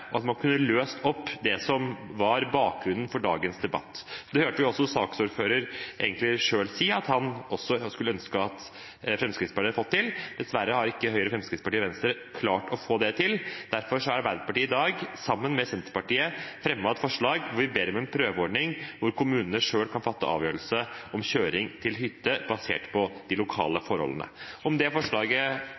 og at man hadde løst opp det som var bakgrunnen for dagens debatt. Vi hørte også saksordfører si det selv, at han også skulle ønske at Fremskrittspartiet hadde fått det til. Dessverre har ikke Høyre, Fremskrittspartiet og Venstre klart å få det til. Derfor har Arbeiderpartiet i dag, sammen med Senterpartiet, fremmet et forslag hvor vi ber om en prøveordning hvor kommunene selv kan fatte avgjørelse om kjøring til hytte basert på de lokale forholdene. Om forslaget